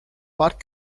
park